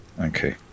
Okay